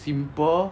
simple